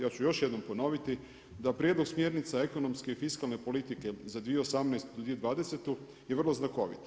Ja ću još jednom ponoviti da prijedlog smjernica ekonomske i fiskalne politike za 2018, 2020. je vrlo znakovit.